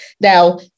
Now